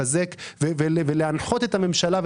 לחזק ולהנחות את הממשלה.